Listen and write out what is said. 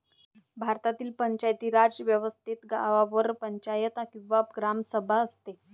भारतातील पंचायती राज व्यवस्थेत गावावर ग्रामपंचायत किंवा ग्रामसभा असते